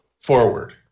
forward